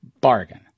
Bargain